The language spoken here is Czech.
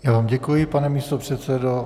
Já vám děkuji, pane místopředsedo.